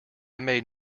made